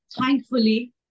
Thankfully